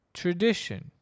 tradition